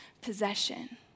possession